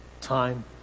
time